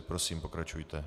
Prosím, pokračujte.